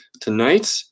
tonight